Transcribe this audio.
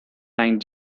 line